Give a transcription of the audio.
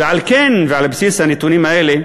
ועל כן, ועל בסיס הנתונים האלה,